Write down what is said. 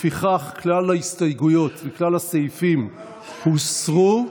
לפיכך, כלל ההסתייגויות לכלל הסעיפים הוסרו.